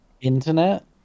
Internet